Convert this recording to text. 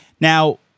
Now